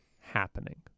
happening